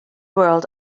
world